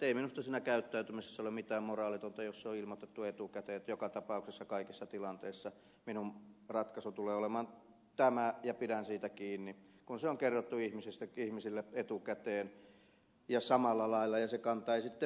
ei minusta siinä käyttäytymisessä ole mitään moraalitonta jos on ilmoitettu etukäteen että joka tapauksessa kaikissa tilanteissa minun ratkaisuni tulee olemaan tämä ja pidän siitä kiinni jos se on kerrottu ihmisille etukäteen ja samalla lailla ja se kanta ei sitten muutu